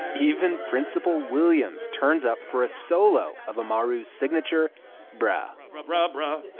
even principal williams turns up for a solo of amaru's signature brah and brah, brah, brah,